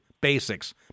basics